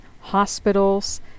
hospitals